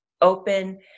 open